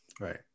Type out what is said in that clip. Right